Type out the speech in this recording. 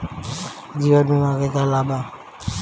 जीवन बीमा के का लाभ बा?